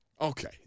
Okay